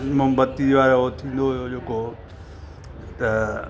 मोमबत्ती वारो उहो थींदो हुओ जेको त